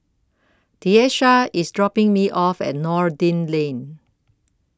Tyesha IS dropping Me off At Noordin Lane